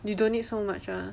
you don't need so much ah